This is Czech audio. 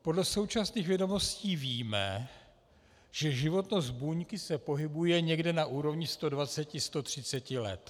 Podle současných vědomostí víme, že životnost buňky se pohybuje někde na úrovni 120, 130 let.